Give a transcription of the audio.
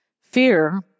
fear